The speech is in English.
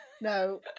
No